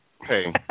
hey